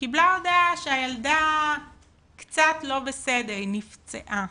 קיבלה הודעה שהילדה 'קצת לא בסדר, היא נפצעה',